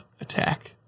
attack